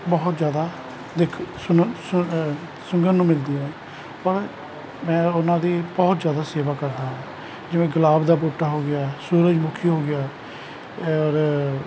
ਬਹੁਤ ਜ਼ਿਆਦਾ ਦੇਖੋ ਸੁਣ ਸੁੰਘਣ ਨੂੰ ਮਿਲਦੀ ਹੈ ਪਰ ਮੈਂ ਉਹਨਾਂ ਦੀ ਬਹੁਤ ਜ਼ਿਆਦਾ ਸੇਵਾ ਕਰਦਾ ਹਾਂ ਜਿਵੇਂ ਗੁਲਾਬ ਦਾ ਬੂਟਾ ਹੋ ਗਿਆ ਸੂਰਜ ਮੁਖੀ ਹੋ ਗਿਆ ਔਰ